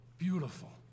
Beautiful